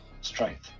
strength